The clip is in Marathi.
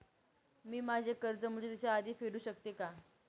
मी माझे कर्ज मुदतीच्या आधी फेडू शकते का?